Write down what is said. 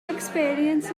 experience